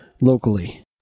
locally